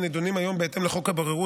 שנדונים היום בהתאם לחוק הבוררות,